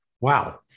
Wow